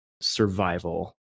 survival